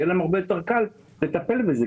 ויהיה להם הרבה יותר קל לטפל בזה.